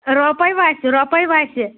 رۄپَے وَسہِ رۄپَے وَسہِ